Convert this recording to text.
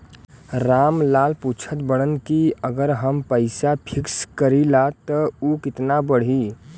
राम लाल पूछत बड़न की अगर हम पैसा फिक्स करीला त ऊ कितना बड़ी?